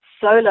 solo